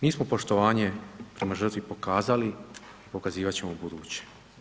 Mi smo poštovanje prema žrtvi pokazali i pokazivat ćemo ubuduće.